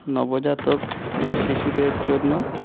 নবজাতক শিশুদের জন্য